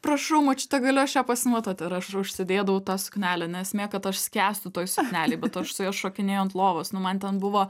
prašau močiute galiu aš ją pasimatuot ir ar aš užsidėdavau tą suknelę ne esmė kad aš skęstu toj suknelėj bet aš su ja šokinėju ant lovos nu man ten buvo